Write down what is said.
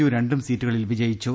U രണ്ടും സീറ്റുകളിൽ വിജയിച്ചു